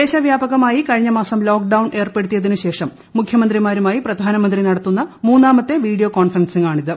ദേശവ്യാപകമായി കഴിഞ്ഞമാസം ലോക്ഡൌൺ ഏർപ്പെടുത്തിയതിനുശേഷം മുഖ്യമന്ത്രിമാരുമായി പ്രധാനമന്ത്രി നടത്തുന്ന മൂന്നാമത്തെ വീഡിയോ കോൺഫറൻസാണിത്